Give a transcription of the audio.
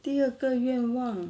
第二个愿望